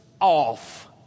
off